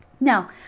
Now